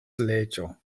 leĝo